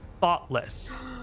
thoughtless